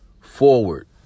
forward